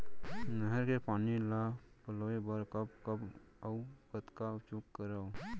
नहर के पानी ल पलोय बर कब कब अऊ कतका उपयोग करंव?